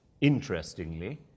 interestingly